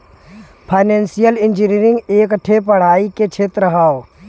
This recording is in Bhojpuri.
फाइनेंसिअल इंजीनीअरींग एक ठे पढ़ाई के क्षेत्र हौ